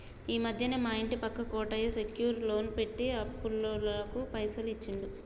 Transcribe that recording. ఈ మధ్యనే మా ఇంటి పక్క కోటయ్య సెక్యూర్ లోన్ పెట్టి అప్పులోళ్లకు పైసలు ఇచ్చిండు